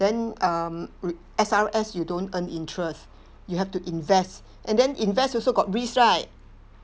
then um r~ S_R_S you don't earn interest you have to invest and then invest also got risk right